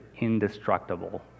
indestructible